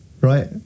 right